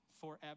forever